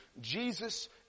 Jesus